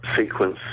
sequence